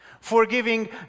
Forgiving